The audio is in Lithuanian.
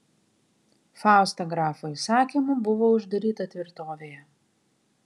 fausta grafo įsakymu buvo uždaryta tvirtovėje